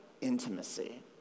intimacy